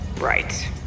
Right